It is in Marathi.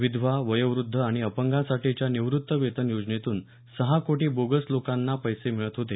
विधवा वयोवद्ध आणि अपंगासाठीच्या निवृत्ती वेतन योजनेतून सहा कोटी बोगस लोकांना पैसे मिळत होते